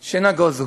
שנגוזו,